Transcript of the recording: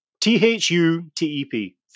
T-H-U-T-E-P